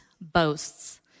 boasts